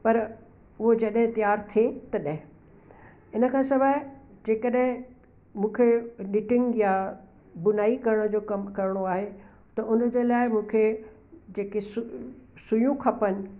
पर उहो जॾहिं तयार थिए तॾहिं इन खां सवाइ जेकॾहिं मूंखे निटिंग या बुनाई करण जो कमु करिणो आहे त उन जे लाइ मूंखे जेके सु सुयूं खपनि